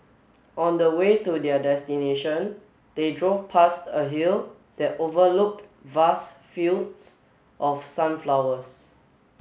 on the way to their destination they drove past a hill that overlooked vast fields of sunflowers